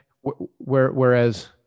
whereas